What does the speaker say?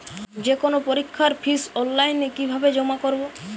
যে কোনো পরীক্ষার ফিস অনলাইনে কিভাবে জমা করব?